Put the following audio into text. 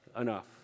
enough